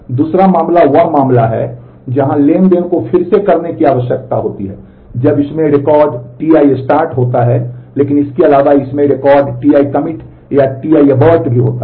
दूसरा मामला वह मामला है जहां ट्रांज़ैक्शन को फिर से करने की आवश्यकता होती है जब इसमें रिकॉर्ड Ti start होता है लेकिन इसके अलावा इसमें रिकॉर्ड Ti commit या Ti abort भी होता है